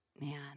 man